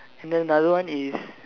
and then another one is